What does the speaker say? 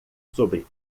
sobre